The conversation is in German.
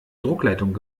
druckleitung